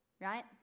right